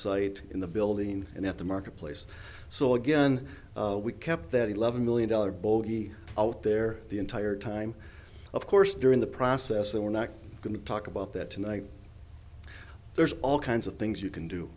site in the building and at the marketplace so again we kept that eleven million dollar bogey out there the entire time of course during the process that we're not going to talk about that tonight there's all kinds of things you can do